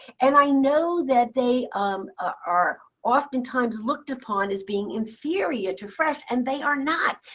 and i know that they um ah are oftentimes looked upon as being inferior to fresh, and they are not.